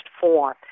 form